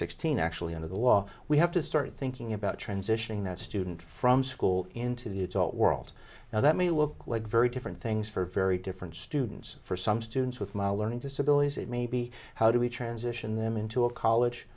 sixteen actually under the law we have to start thinking about transitioning that student from school into the adult world now that may look like very different things for very different students for some students with my learning disabilities it may be how do we transition them into a college